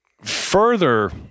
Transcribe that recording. further